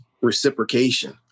reciprocation